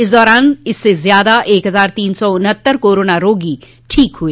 इस दौरान इससे ज्यादा एक हजार तीन सौ उन्हत्तर कोरोना रोगी ठीक हुए